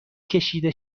کشیده